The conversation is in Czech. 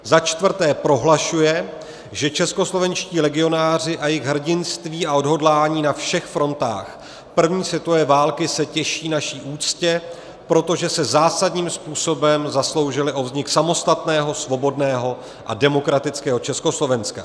IV. prohlašuje, že českoslovenští legionáři a jejich hrdinství a odhodlání na všech frontách první světové války se těší naší úctě, protože se zásadním způsobem zasloužili o vznik samostatného, svobodného a demokratického Československa.